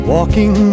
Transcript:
Walking